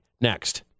next